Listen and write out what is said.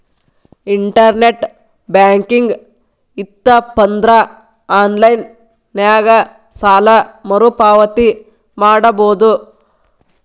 internet banking ಇತ್ತಪಂದ್ರಾ online ನ್ಯಾಗ ಸಾಲ ಮರುಪಾವತಿ ಮಾಡಬೋದು